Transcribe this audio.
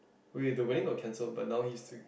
wait the wedding got cancelled but now he's still